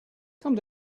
come